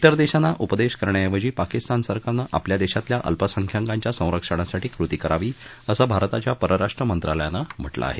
विर देशांना उपदेश करण्याऐवजी पाकिस्तान सरकारनं आपल्या देशातल्या अल्पसंख्याकांच्या संरक्षणासाठी कृती करावी असं भारताच्या परराष्ट्र मंत्रालयानं म्हात्मं आहे